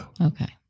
Okay